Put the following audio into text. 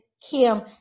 Kim